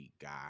guy